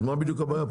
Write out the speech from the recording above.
אז מה בדיוק הבעיה?